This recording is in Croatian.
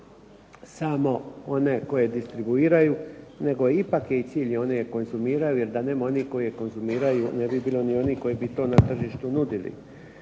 samo one koji distribuiraju, nego ipak cilj je i oni koji konzumiraju. Jer da nema onih koji je konzumiraju, ne bi bilo ni onih koji bi to na tržištu nudili.